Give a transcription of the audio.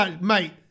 mate